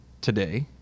today